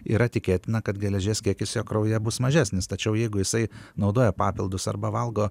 yra tikėtina kad geležies kiekis jo kraujyje bus mažesnis tačiau jeigu jisai naudoja papildus arba valgo